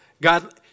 God